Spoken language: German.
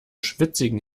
schwitzigen